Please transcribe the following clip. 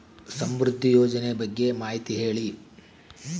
ಸಮೃದ್ಧಿ ಯೋಜನೆ ಬಗ್ಗೆ ಮಾಹಿತಿ ಹೇಳಿ?